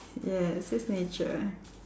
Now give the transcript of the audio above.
yes his nature